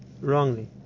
wrongly